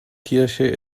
kirche